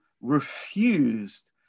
refused